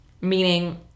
meaning